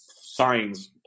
signs